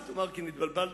עם תומרקין התבלבלתי.